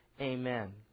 amen